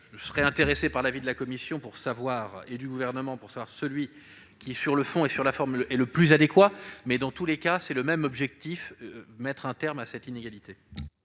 je serais intéressé par entendre la commission et le Gouvernement, pour savoir celui qui, sur le fond et sur la forme, est le plus adéquat, mais, dans tous les cas, c'est le même objectif : mettre un terme à cette inégalité.